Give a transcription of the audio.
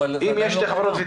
אם יש שתי חברות,